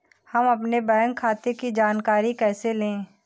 हम अपने बैंक खाते की जानकारी कैसे लें?